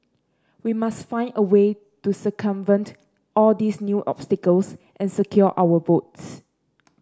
we must find a way to circumvent all these new obstacles and secure our votes